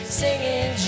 singing